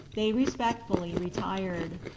they respectfully retired.